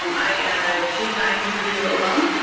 um i am a two-time purdue alum,